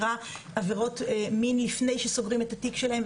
עבירות מין לפני שסוגרים את התיק שלהם,